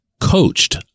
coached